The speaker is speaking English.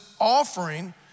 offering